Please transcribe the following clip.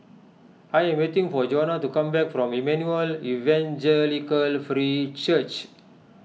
I am waiting for Juana to come back from Emmanuel Evangelical Free Church